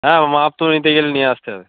হ্যাঁ মাপ তো নিতে গেলে নিয়ে আসতে হবে